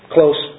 Close